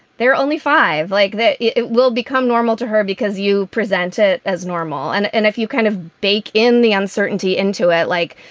there are only five like that. it will become normal to her because you present it as normal. and and if you kind of bake in the uncertainty into it, like,